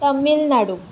Tamil Nadu